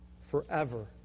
forever